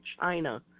China